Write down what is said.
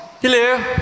Hello